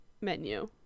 menu